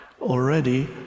already